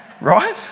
right